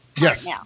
Yes